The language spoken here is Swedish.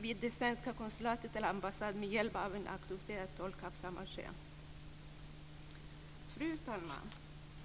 vid det svenska konsulatet eller den svenska ambassaden med hjälp av en auktoriserad tolk av samma kön. Fru talman!